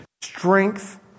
strength